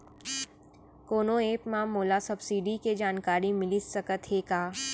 कोनो एप मा मोला सब्सिडी के जानकारी मिलिस सकत हे का?